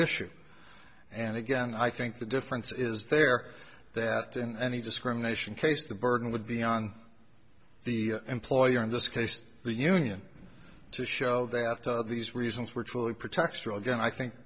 issue and again i think the difference is there that in any discrimination case the burden would be on the employer in this case the union to show that these reasons were truly pretextual again i think